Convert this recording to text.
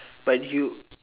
but you